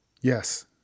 Yes